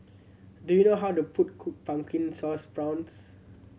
do you know how to cook cook Pumpkin Sauce Prawns